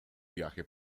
viaje